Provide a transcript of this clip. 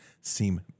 seem